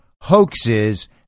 hoaxes